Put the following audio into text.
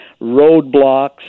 roadblocks